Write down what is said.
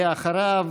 ואחריו,